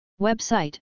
Website